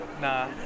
Nah